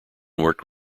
worked